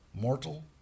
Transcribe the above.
mortal